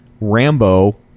Rambo